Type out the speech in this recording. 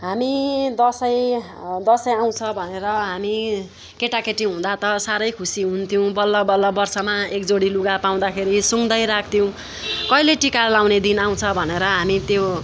हामी दसैँ दसैँ आउँछ भनेर हामी केटाकेटी हुँदा त साह्रै खुसी हुन्थौँ बल्ल बल्ल वर्षमा एक जोडी लुगा पाउँदाखेरि सुँघ्दै राख्थ्यौँ कहिले टिका लगाउने दिन आउँछ भनेर हामी त्यो